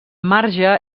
marge